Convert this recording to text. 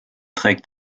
trägt